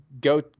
go